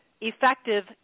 effective